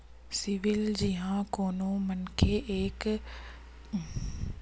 CIBIL जिहाँ कोनो मनखे के एक घांव खराब होइस ताहले होथे ये के मनखे ल कोनो परकार ले लोन नइ मिले बर धरय